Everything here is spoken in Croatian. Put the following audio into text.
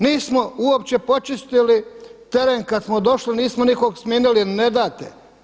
Nismo uopće počistili teren kada smo došli nismo nikog smijenili jer ne date.